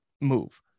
move